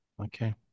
okay